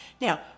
Now